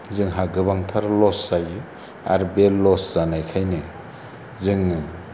जोंहा गोबांथार लस जायो आर बे लस जानायखायनो जोङो